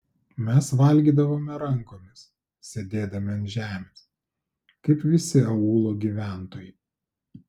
mes valgydavome rankomis sėdėdami ant žemės kaip visi aūlo gyventojai